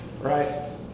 right